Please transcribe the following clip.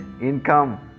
income